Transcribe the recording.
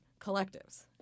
collectives